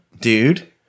Dude